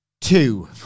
Two